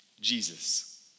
Jesus